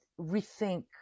rethink